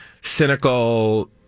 cynical